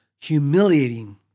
humiliating